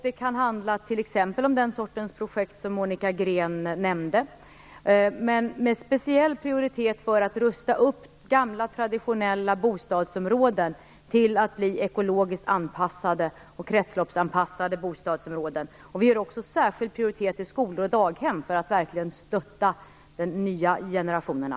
Det kan handla om den sortens projekt som Monica Green nämnde, men särskilt prioriteras upprustning av gamla traditionella bostadsområden så att de blir ekologiskt anpassade och kretsloppsanpassade. Vi prioriterar också skolor och daghem för att verkligen stötta de nya generationerna.